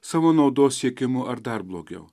savo naudos siekimu ar dar blogiau